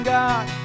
God